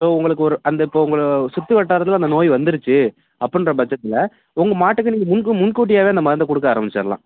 இப்போ உங்களுக்கு ஒரு அந்த இப்போ உங்களை சுற்று வட்டாரத்தில் அந்த நோய் வந்துருச்சு அப்புடின்றப் பட்சத்தில் உங்கள் மாட்டுக்கு நீங்கள் முன்கூ முன்கூட்டியாகவே அந்த மருந்தைக் கொடுக்க ஆரமிச்சிடலாம்